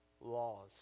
laws